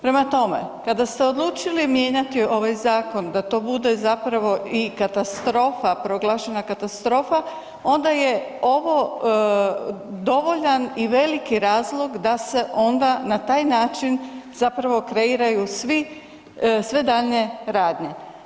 Prema tome, kada ste odlučili mijenjati ovaj zakon da to bude zapravo i katastrofa, proglašena katastrofa, onda je ovo dovoljan i veliki razlog da se onda na taj način zapravo kreiraju sve daljnje radnje.